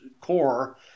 core –